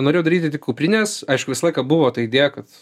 norėjau daryti tik kuprinės aišku visą laiką buvo ta idėja kad